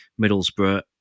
Middlesbrough